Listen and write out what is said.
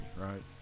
right